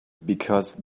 because